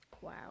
Wow